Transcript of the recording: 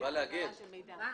ההגדרה "מידע"